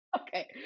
Okay